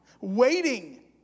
waiting